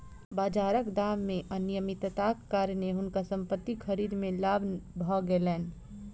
बाजारक दाम मे अनियमितताक कारणेँ हुनका संपत्ति खरीद मे लाभ भ गेलैन